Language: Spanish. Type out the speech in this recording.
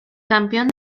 campeón